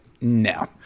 no